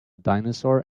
dinosaur